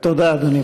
תודה, אדוני.